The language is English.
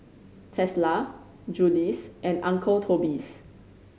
Tesla Julie's and Uncle Toby's